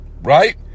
Right